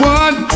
one